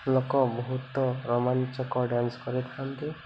ଲୋକ ବହୁତ ରୋମାଞ୍ଚକ ଡ୍ୟାନ୍ସ କରିଥାନ୍ତି